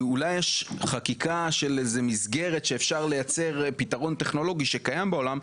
אולי יש חקיקה של מסגרת שבה אפשר לייצר פתרון טכנולוגי שקיים בעולם,